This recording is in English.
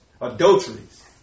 adulteries